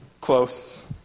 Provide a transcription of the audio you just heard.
close